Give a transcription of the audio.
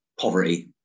poverty